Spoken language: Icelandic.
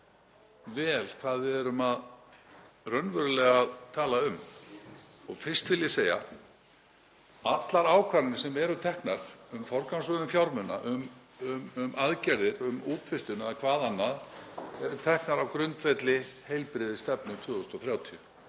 vel hvað við erum raunverulega að tala um. Fyrst vil ég segja að allar ákvarðanir sem eru teknar um forgangsröðun fjármuna, um aðgerðir, um útvistun eða hvað annað eru teknar á grundvelli heilbrigðisstefnu til 2030,